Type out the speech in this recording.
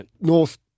north